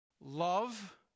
Love